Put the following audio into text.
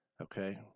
Okay